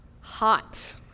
hot